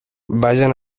vayan